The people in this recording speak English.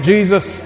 Jesus